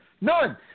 none